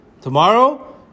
Tomorrow